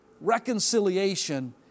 reconciliation